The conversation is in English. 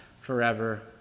forever